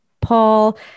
Paul